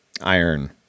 Iron